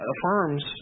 affirms